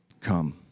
Come